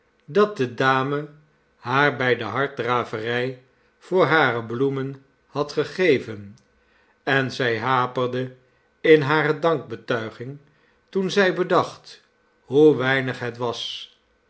dat de dame haar bij de harddraverij voor hare bloemen had gegeven en zij haperde in hare dankbetuiging toen zij bedacht hoe weinig het was